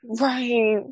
Right